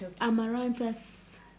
amaranthus